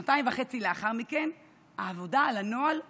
שנתיים וחצי לאחר מכן,